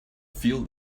feel